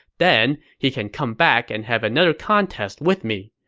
then he can come back and have another contest with me.